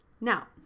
Now